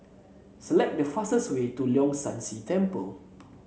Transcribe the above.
select the fastest way to Leong San See Temple